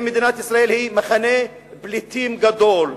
האם מדינת ישראל היא מחנה פליטים גדול,